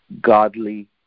godly